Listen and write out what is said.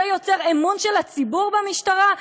זה יוצר אמון של הציבור במשטרה?